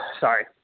sorry